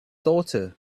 daughter